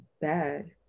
bad